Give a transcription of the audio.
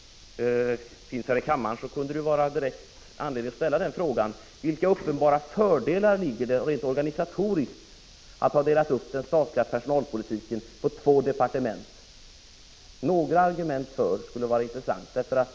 — finns här i kammaren, kunde det finnas anledning att ställa en fråga: Vilka uppenbara fördelar ligger det rent organisatoriskt i att ha den statliga personalpolitiken uppdelad på två departement? Det skulle vara intressant att få höra några argument för detta.